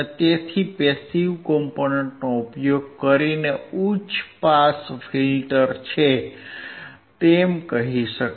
તેથી તે પેસીવ ઘટકનો ઉપયોગ કરીને ઉચ્ચ પાસ ફિલ્ટર છે તેમ કહી શકાય